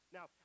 Now